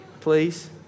Please